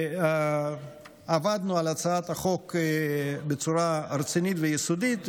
שעבדנו על הצעת החוק בצורה רצינית ויסודית,